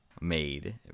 made